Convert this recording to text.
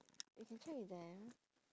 we can check with them